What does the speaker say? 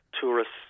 tourists